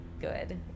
good